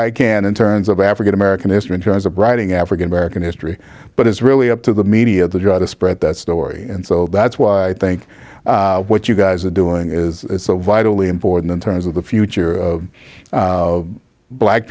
i can in terms of african american history in terms of writing african american history but it's really up to the media to try to spread that story and so that's why i think what you guys are doing is so vitally important in terms of the future